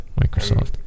Microsoft